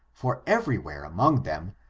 for every where among them,